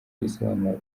risobanura